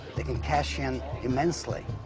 they can cash in immensely.